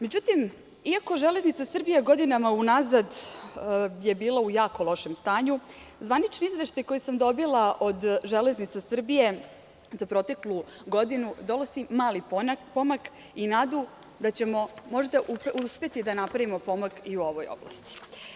Međutim, iako „Železnica Srbije“ godinama u nazad je bila u jako lošem stanju, zvanični izveštaj koji sam dobila od „Železnica Srbije“ za proteklu godinu donosi mali pomak i nadu da ćemo možda uspeti da napravimo pomak i u ovoj oblasti.